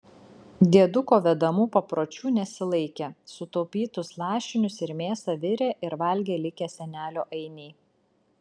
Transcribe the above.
dieduko vedamų papročių nesilaikė sutaupytus lašinius ir mėsą virė ir valgė likę senelio ainiai